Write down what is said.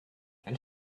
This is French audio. elle